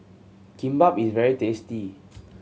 kimbap is very tasty